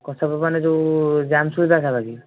ମାନେ ଯେଉଁ ଜାମଶୂଳି ପାଖାପାଖି